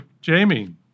Jamie